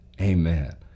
Amen